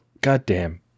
Goddamn